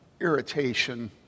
irritation